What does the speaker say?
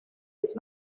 it’s